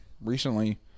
recently